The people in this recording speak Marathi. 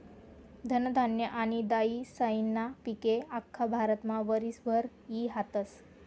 धनधान्य आनी दायीसायीस्ना पिके आख्खा भारतमा वरीसभर ई हातस